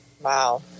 Wow